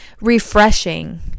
refreshing